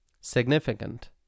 significant